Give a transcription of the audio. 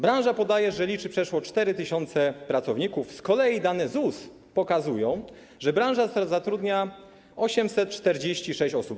Branża podaje, że liczy przeszło 4 tys. pracowników, z kolei dane ZUS pokazują, że branża ta zatrudnia 846 osób.